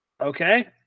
Okay